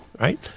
right